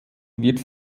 wird